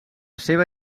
seva